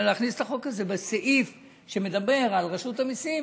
אלא להכניס את החוק הזה בסעיף שמדבר על רשות המיסים